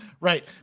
right